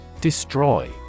Destroy